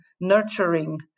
nurturing